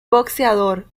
boxeador